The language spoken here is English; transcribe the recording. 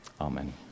amen